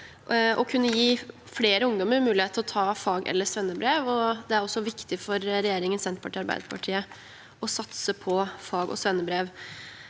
å kunne gi flere ungdommer mulighet til å ta fag- eller svennebrev, og det er også viktig for regjeringen Senterpartiet–Arbeiderpartiet å satse på fag- og svennebrev.